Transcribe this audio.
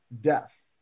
death